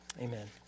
Amen